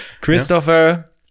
Christopher